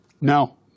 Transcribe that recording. No